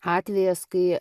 atvejas kai